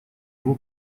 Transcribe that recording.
его